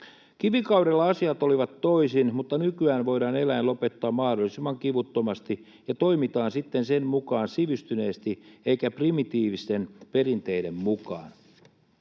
Kivikaudella asiat olivat toisin, mutta nykyään voidaan eläin lopettaa mahdollisimman kivuttomasti, ja toimitaan sitten sen mukaan sivistyneesti eikä primitiivisten perinteiden mukaan.